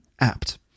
APT